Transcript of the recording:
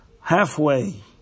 halfway